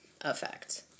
...effect